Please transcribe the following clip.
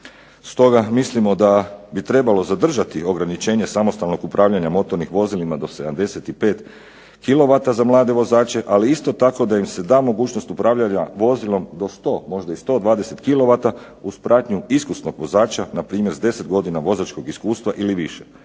Stoga mislimo da bi trebalo zadržati ograničenje samostalnog upravljanja motornim vozilima do 75 kilovata za mlade vozače, ali isto tako da im se da mogućnost upravljanja vozilom do sto, možda i sto dvadeset kilovata uz pratnju iskusnog vozača, na primjer s deset godina vozačkog iskustva ili više.